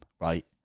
right